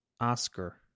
Oscar